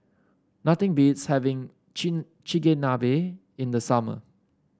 nothing beats having Chigenabe in the summer